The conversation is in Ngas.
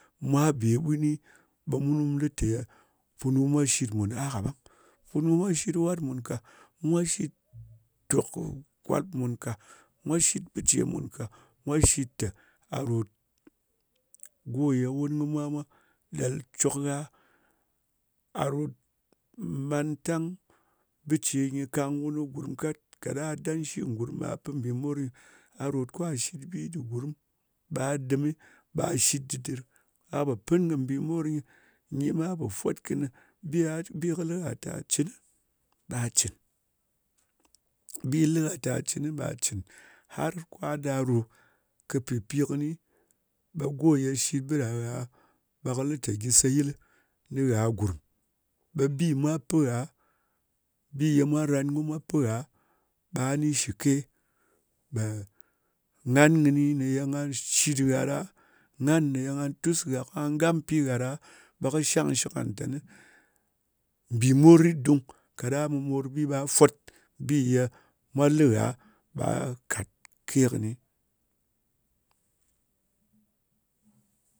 Mwa be bwin ni ɓa mun li te ye punu mwa shit mun a ka ɓang. Punu mwa shit wat mun ka. Mwa shit tok gwalp mun ka. Mwa shit bije mun ka. Mwa shit ta a rot go ye wun khe mwa ɗel cok gha, a rot mantang bije ye kan wun khi gurum kat. Kaɗang a dan shi gurum a pin bi mor nyi. A rot ko a shit bi di gurum, ɓa a dim ghi ɓa a shit didir. A pa pin bimor nyi. Nyi ma pa fot kɨni ɓi kɨ li gha ta a cin, ɓa a cin, ɓi li gha ta a cin ta ɓa a cin, har ko a da a ru kɨ pipikini, ɓa go ye shit biɗa ɓa kilinta khi seyil. Ha gurum, ɓa bi mwa pingha, bi ye mwa ran ma pin gha, ɓa a ni shike ɓa, ghan kɨni gha shit ye ɗa' ghan ye tus gha gampi ye ɗa gha, ɓa kɨn shang shik ghang, tani bimor rit dung kaɗar mun morbi, ɓa fot bi ye mwa li gha a kat ke kɨni